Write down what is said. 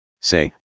Say